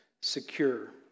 secure